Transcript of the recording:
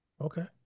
Okay